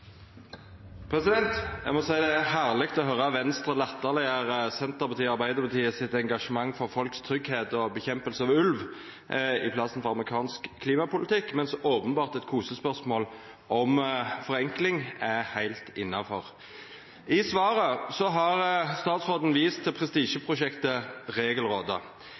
Eg må seia det er herleg å høyra Venstre latterleggjera Senterpartiet og Arbeidarpartiet sitt engasjement for folks tryggleik og kamp mot ulv i staden for amerikansk klimapolitikk, medan eit kosespørsmål om forenkling openbert er heilt innanfor. I svaret har statsråden vist til prestisjeprosjektet